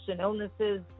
illnesses